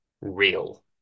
real